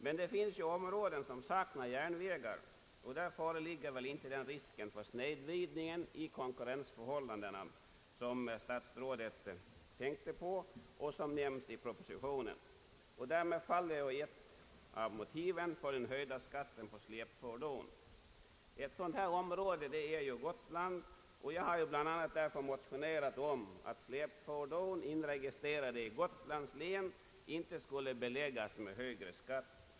Men det finns områden som saknar järnvägar, och där föreligger väl icke den risk för snedvridning av konkurrensförhållandena som statsrådet tänk te på och som nämns i propositionen. Därmed faller ett av motiven för den höjda skatten på släpfordon. Ett sådant område är ju Gotland. Jag har bland annat därför motionerat om att släpfordon, inregistrerade i Gotlands län, inte skulle beläggas med högre skatt.